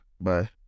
Bye